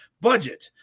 budget